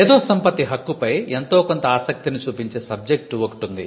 మేధో సంపత్తి హక్కుపై ఎంతో కొంత ఆసక్తిని చూపించే సబ్జెక్టు ఒకటుంది